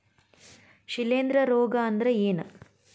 ಶಿಲೇಂಧ್ರ ರೋಗಾ ಅಂದ್ರ ಏನ್?